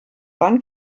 wann